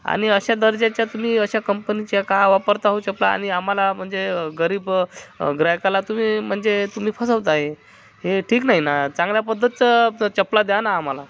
आणि अशा दर्जाच्या तुम्ही अशा कंपनीच्या का वापरताहो चपला आणि आम्हाला म्हणजे गरीब गिऱ्हाईकाला तुम्ही म्हणजे तुम्ही फसवताय हे ठीक नाही ना चांगल्या पद्धतीचं च चपला द्या ना आम्हाला